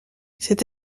cet